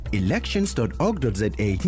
elections.org.za